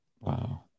Wow